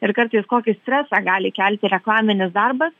ir kartais kokį stresą gali kelti reklaminis darbas